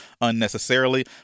unnecessarily